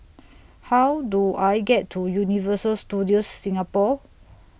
How Do I get to Universal Studios Singapore